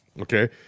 Okay